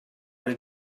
did